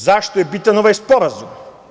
Zašto je bitan ovaj sporazum?